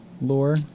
lore